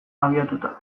abiatuta